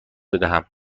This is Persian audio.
بدهم